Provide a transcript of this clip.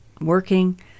working